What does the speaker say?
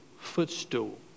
footstool